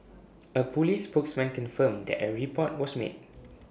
A Police spokesman confirmed that A report was made